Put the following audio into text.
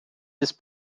this